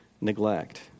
neglect